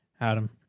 adam